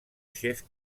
chef